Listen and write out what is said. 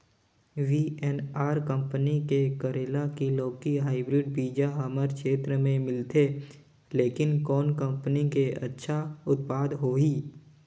VNR company के करेला की लौकी हाईब्रिड बीजा हमर क्षेत्र मे मिलथे, लेकिन कौन कंपनी के अच्छा उत्पादन होही?